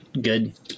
good